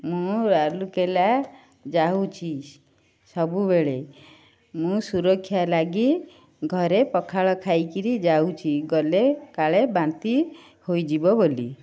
ମୁଁ ରାଉରକେଲା ଯାଉଛି ସବୁବେଳେ ମୁଁ ସୁରକ୍ଷା ଲାଗି ଘରେ ପଖାଳ ଖାଇକିରି ଯାଉଛି ଗଲେ କାଳେ ବାନ୍ତି ହୋଇଯିବ ବୋଲି